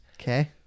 Okay